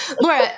Laura